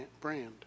brand